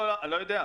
אני לא יודע.